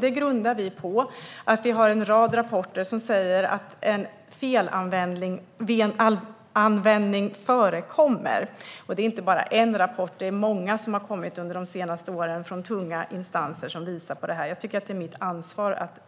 Det grundar vi på en rad rapporter som säger att en felanvändning förekommer. Det är inte bara en rapport, utan det är många som har kommit under de senaste åren från tunga instanser som visar på detta. Jag tycker att det är mitt ansvar att